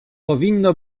powinno